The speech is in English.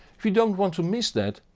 if you don't want to miss that,